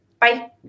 Bye